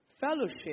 fellowship